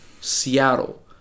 Seattle